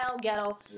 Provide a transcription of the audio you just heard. ghetto